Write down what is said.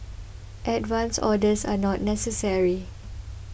advance orders are not necessary